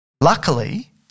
luckily